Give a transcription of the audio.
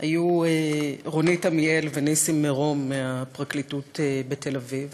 היו רונית עמיאל ונסים מירום מהפרקליטות בתל-אביב,